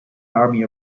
army